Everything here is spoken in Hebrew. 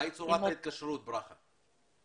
מהי צורת ההתקשרות, ברכה?